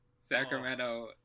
Sacramento